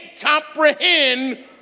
comprehend